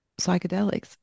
psychedelics